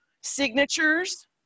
Signatures